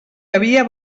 havia